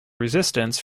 resistance